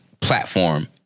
platform